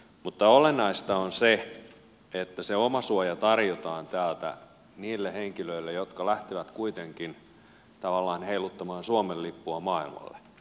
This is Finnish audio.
mutta olennaista on se että se omasuoja tarjotaan täältä niille henkilöille jotka lähtevät kuitenkin tavallaan heiluttamaan suomen lippua maailmalle